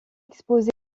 exposé